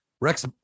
Rex